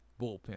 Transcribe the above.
bullpen